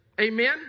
Amen